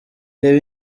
reba